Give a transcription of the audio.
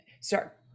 start